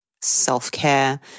self-care